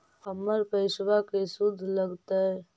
हमर पैसाबा के शुद्ध लगतै?